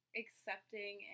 accepting